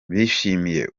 bishimiye